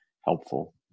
helpful